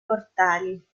portali